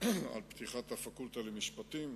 על פתיחת הפקולטה למשפטים.